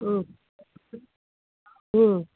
ಹ್ಞೂ ಹ್ಞೂ